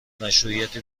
مشروعیت